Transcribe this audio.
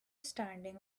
standing